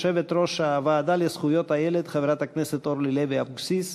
יושבת-ראש הוועדה לזכויות הילד חברת הכנסת אורלי לוי אבקסיס,